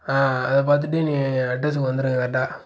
ஆ அதை பார்த்துட்டு நீங்கள் அட்ரசுக்கு வந்துடுங்க கரெட்டாக